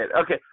Okay